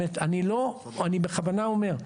אני בכוונה אומר,